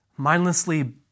mindlessly